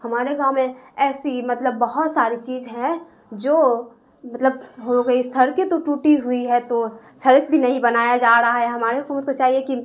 ہمارے گاؤں میں ایسی مطلب بہت ساری چیز ہیں جو مطلب ہو گئی سڑکیں تو ٹوٹی ہوئی ہے تو سڑک بھی نہیں بنایا جا رہا ہے ہماری حکومت کو چاہیے کہ